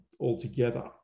altogether